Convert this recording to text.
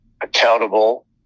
accountable